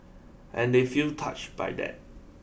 and they feel touched by that